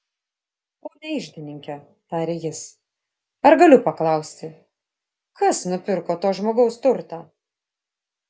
pone iždininke tarė jis ar galiu paklausti kas nupirko to žmogaus turtą